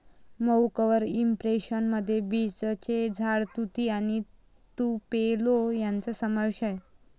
मऊ cover impression मध्ये बीचचे झाड, तुती आणि तुपेलो यांचा समावेश आहे